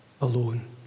alone